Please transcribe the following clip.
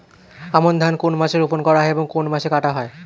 আমন ধান কোন মাসে রোপণ করা হয় এবং কোন মাসে কাটা হয়?